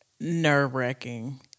nerve-wracking